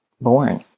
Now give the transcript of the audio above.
born